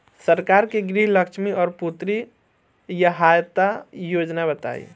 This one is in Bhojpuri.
सरकार के गृहलक्ष्मी और पुत्री यहायता योजना बताईं?